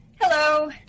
Hello